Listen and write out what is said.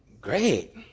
Great